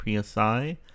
PSI